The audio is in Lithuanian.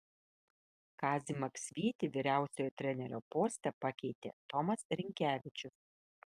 kazį maksvytį vyriausiojo trenerio poste pakeitė tomas rinkevičius